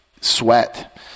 Sweat